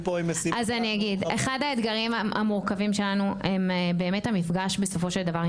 אחד האתגרים המורכבים שלנו הם באמת המפגש בסופו של דבר,